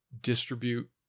distribute